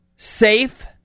Safe